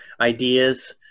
ideas